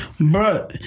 bro